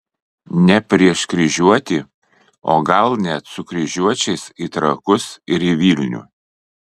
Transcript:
ne prieš kryžiuotį o gal net su kryžiuočiais į trakus ir į vilnių